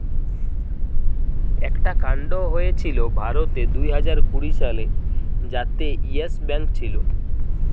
একটা কান্ড হয়েছিল ভারতে দুইহাজার কুড়ি সালে যাতে ইয়েস ব্যাঙ্ক ছিল